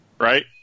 right